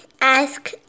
ask